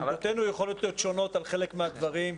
כי עמדותינו יכולות להיות שונות על חלק מהדברים,